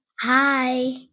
Hi